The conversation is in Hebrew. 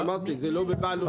אמרתי זה לא בבעלותי.